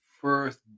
first